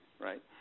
right